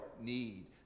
need